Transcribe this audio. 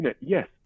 yes